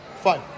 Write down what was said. Fine